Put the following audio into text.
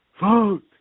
vote